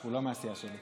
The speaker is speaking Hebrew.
הוא לא מהסיעה שלי.